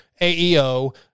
AEO